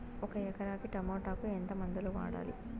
ఒక ఎకరాకి టమోటా కు ఎంత మందులు వాడాలి?